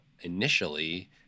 initially